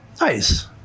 Nice